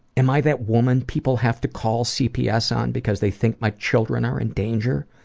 am i that woman people have to call cps on because they think my children are in danger?